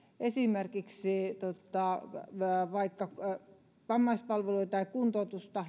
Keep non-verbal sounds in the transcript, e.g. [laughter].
esimerkiksi vammaispalveluja tai kuntoutusta [unintelligible]